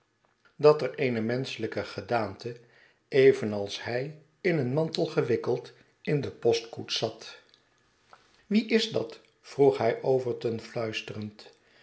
dat er eene menschelyke gedaante evenals hij in een mantel gewikkeld in de postkoets zat wie is dat vroeg hij overton fluisterend